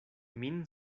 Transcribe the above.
min